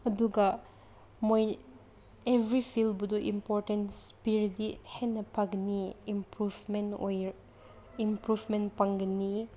ꯑꯗꯨꯒ ꯃꯣꯏ ꯏꯕ꯭ꯔꯤ ꯐꯤꯜꯕꯨꯗꯨ ꯏꯝꯄꯣꯔꯇꯦꯟꯁ ꯄꯤꯔꯗꯤ ꯍꯦꯟꯅ ꯐꯒꯅꯤ ꯏꯝꯄ꯭ꯔꯨꯐꯃꯦꯟ ꯏꯝꯄ꯭ꯔꯨꯐꯃꯦꯟ ꯐꯪꯒꯅꯤ